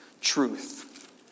Truth